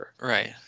Right